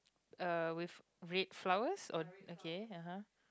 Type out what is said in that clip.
uh with red flowers or okay ah [huh]